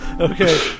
Okay